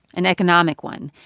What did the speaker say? an economic one.